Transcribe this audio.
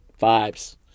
vibes